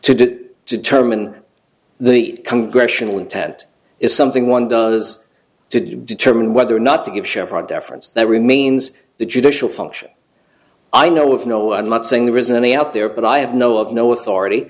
to determine the congressional intent is something one does to determine whether or not to give shepard efron's that remains the judicial function i know of no i'm not saying there isn't any out there but i have know of no authority